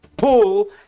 Pull